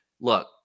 Look